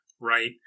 right